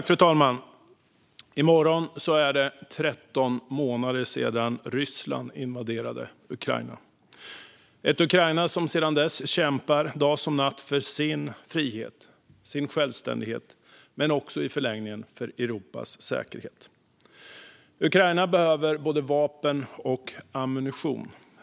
Fru talman! I morgon är det 13 månader sedan Ryssland invaderade Ukraina, ett Ukraina som sedan dess kämpar dag som natt för sin frihet och sin självständighet men i förlängningen också för Europas säkerhet. Ukraina behöver både vapen och ammunition.